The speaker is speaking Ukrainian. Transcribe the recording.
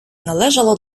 належало